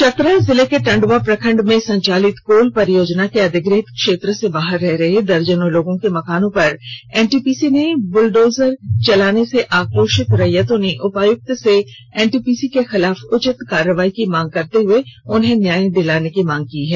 चतरा जिले के टंडवा प्रखंड में संचालित कोल परियोजना के अधिग्रहित क्षेत्र से बाहर रह रहे दर्जनों लोगों के मकान पर एनटीपीसी ने बुलडोजर चलाने से आक्रोशित रैयतों ने उपायुक्त से एनटीपीसी के खिलाफ उचित करवाई की मांग करते हए उन्हें न्याय दिलाने की मांग की हैं